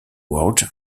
ward